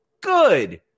Good